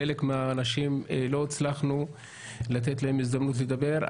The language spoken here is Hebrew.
חלק מהאנשים לא הצלחנו לתת להם הזדמנות לדבר.